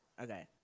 Okay